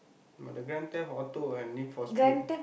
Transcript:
but the grand theft auto and need for speed